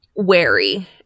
wary